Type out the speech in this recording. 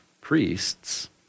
priests